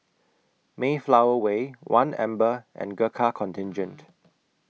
Mayflower Way one Amber and Gurkha Contingent